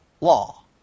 law